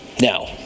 Now